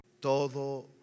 Todo